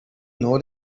know